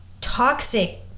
toxic